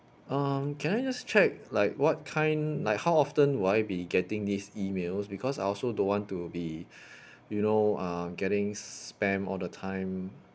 um can I just check like what kind like how often would I be getting these emails because I also don't want to be you know um getting spammed all the time